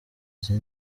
ese